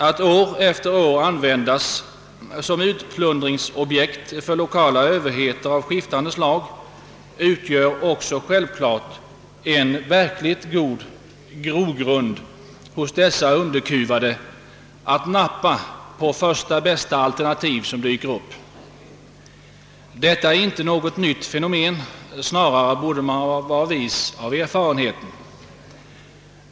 Det skapas givetvis en god grogrund hos dessa underkuvade att nappa på första bästa alternativ som dyker upp, när de år efter år används som utplundringsobjekt för lokala överheter av skiftande slag. Detta är inte något nytt fenomen — snarare borde man vara vis av erfarenheten.